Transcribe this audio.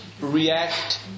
react